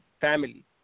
family